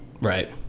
Right